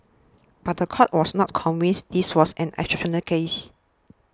but the court was not convinced this was an exceptional case